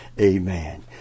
amen